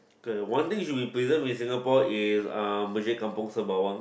err one thing we should preserve in Singapore is uh Kampung Sembawang